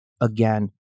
again